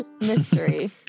mystery